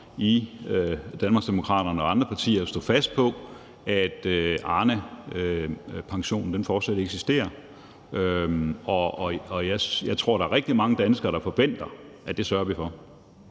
i Danmarksdemokraterne og i andre partier i forhold til at stå fast på, at Arnepensionen fortsat eksisterer. Jeg tror, at der er rigtig mange danskere, der forventer, at det sørger vi for.